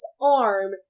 arm